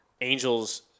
Angels